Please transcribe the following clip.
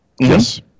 Yes